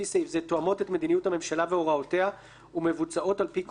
תואמות את מדיניות הממשלה והוראותיה ומבוצעות על פי כל דין,